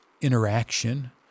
interaction